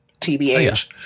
TBH